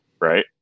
right